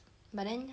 but then